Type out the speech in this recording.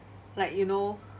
like you know